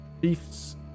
thief's